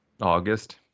August